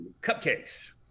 cupcakes